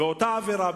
ובאותה עבירה,